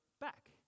back